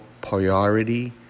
priority